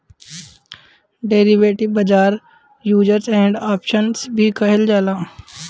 derivative बाजार futures and option भी कहल जाला